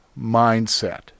mindset